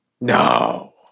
No